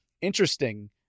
interesting